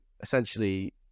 essentially